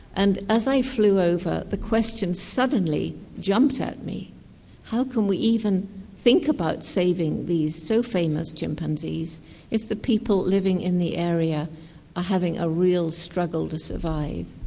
and as i flew over, the question suddenly jumped at me how can we even think about saving these so famous chimpanzees if the people living in the area are having a real struggle to survive?